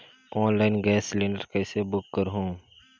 Online gas cylinder कइसे book करहु?